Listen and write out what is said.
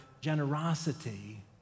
generosity